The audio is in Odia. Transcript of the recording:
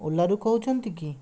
ଓଲାରୁ କହୁଛନ୍ତି କି